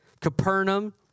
Capernaum